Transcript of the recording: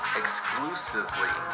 exclusively